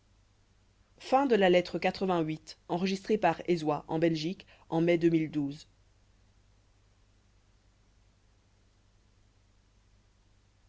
la lettre est